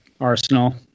Arsenal